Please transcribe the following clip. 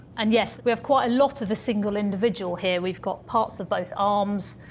and yes, we have quite a lot of a single individual here we've got parts of both arms,